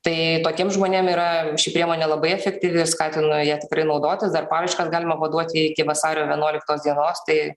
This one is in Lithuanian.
tai tokiem žmonėm yra ši priemonė labai efektyvi skatinu ja tikrai naudotis dar paraiškas galima paduoti iki vasario vienuoliktos dienos tai